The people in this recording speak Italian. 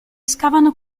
scavano